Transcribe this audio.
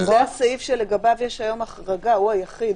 אבל זה הסעיף שלגביו יש היום החרגה, הוא היחיד.